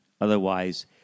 otherwise